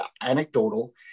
anecdotal